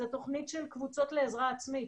זו תוכנית של קבוצות לעזרה עצמית.